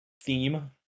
theme